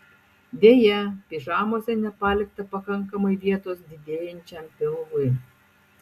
deja pižamose nepalikta pakankamai vietos didėjančiam pilvui